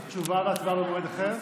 אז תשובה והצבעה במועד אחר?